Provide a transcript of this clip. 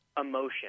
emotion